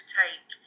take